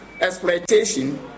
exploitation